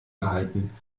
gehalten